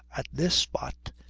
at this spot,